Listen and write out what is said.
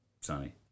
sunny